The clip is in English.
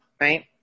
Right